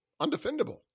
undefendable